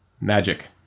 Magic